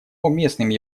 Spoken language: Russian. уместным